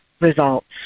results